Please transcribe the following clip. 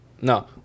No